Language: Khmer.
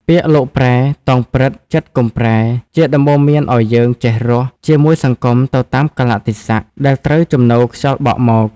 ពាក្យ លោកប្រែ តោងព្រឹត្តិ ចិត្តកុំប្រែ ជាដំបូន្មានឲ្យយើង "ចេះរស់" ជាមួយសង្គមទៅតាមកាលៈទេសៈដែលត្រូវជំនោរខ្យល់បក់មក។